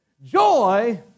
Joy